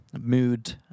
mood